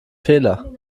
fehler